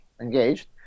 engaged